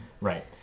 Right